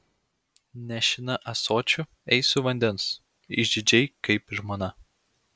nešina ąsočiu eisiu vandens išdidžiai kaip žmona